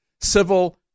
civil